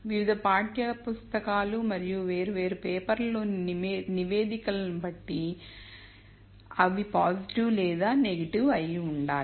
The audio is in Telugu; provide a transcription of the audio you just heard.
వివిధ పాఠ్యపుస్తకాలు మరియు వేర్వేరు పేపర్లలోని నివేదికలను బట్టి అవి పాజిటివ్ లేదా నెగిటివ్ అయి ఉండాలి